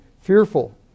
Fearful